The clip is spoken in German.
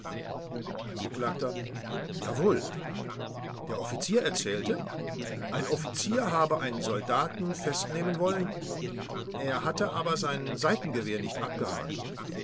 angekl jawohl der offizier erzählte ein offizier habe einen soldaten festnehmen wollen er hatte aber sein seitengewehr nicht abgehakt